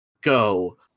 go